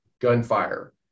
gunfire